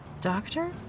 Doctor